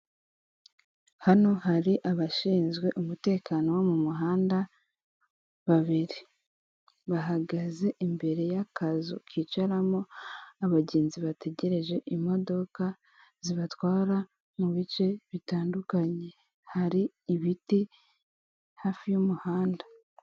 Hano hari abashinzwe umutekano wo mu muhanda, babiri bahagaze imbere y'akazu kicaramo abagenzi bategereje imodoka zibatwara mu bice bitandukanye, hari ibiti hafi y'umuhanda.